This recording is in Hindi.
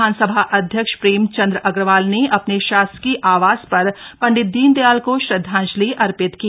विधानसभा अध्यक्ष प्रेमचंद अग्रवाल ने अपने शासकीय आवास पर पंडित दीनदयाल को श्रदधांजलि अर्पित की